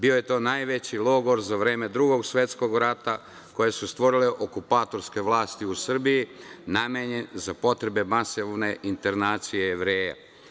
Bio je to najveći logor za vreme Drugog svetskog rata koji su stvorile okupatorske vlasti u Srbiji, namenjen za potrebe masovne internacije Jevreja.